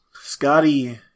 scotty